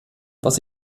was